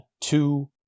two